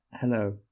Hello